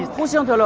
boo seok